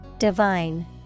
Divine